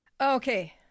Okay